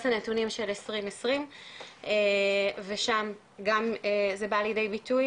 לנתונים של 2020 ושם גם זה בא לידי ביטוי,